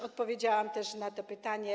Odpowiedziałam też na to pytanie.